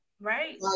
Right